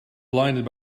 blinded